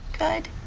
good.